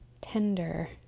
tender